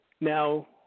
Now